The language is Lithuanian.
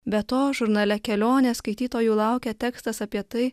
be to žurnale kelionė skaitytojų laukia tekstas apie tai